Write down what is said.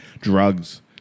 Drugs